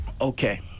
Okay